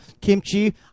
kimchi